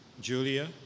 Julia